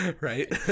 right